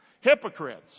Hypocrites